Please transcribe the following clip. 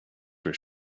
were